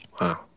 Wow